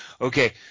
Okay